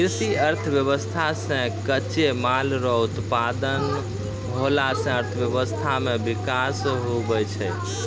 कृषि अर्थशास्त्र से कच्चे माल रो उत्पादन होला से अर्थशास्त्र मे विकास हुवै छै